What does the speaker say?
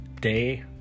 day